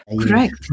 Correct